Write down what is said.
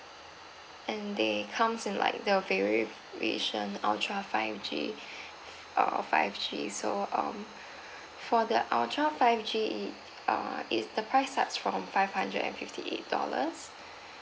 and they comes in like the variation ultra five G err five G so um for the ultra five G it uh is the price starts from five hundred and fifty eight dollars